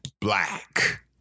black